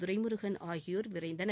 துரைமுருகன் ஆகியோர் விரைந்தனர்